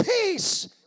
peace